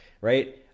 right